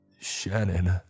Shannon